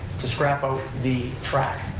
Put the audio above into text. to scrap out the track.